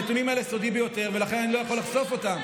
הנתונים האלה סודיים ביותר ולכן אני לא יכול לחשוף אותם,